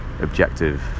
Objective